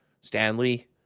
Stanley